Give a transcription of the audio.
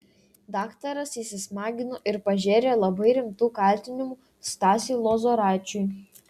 daktaras įsismagino ir pažėrė labai rimtų kaltinimų stasiui lozoraičiui